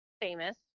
Famous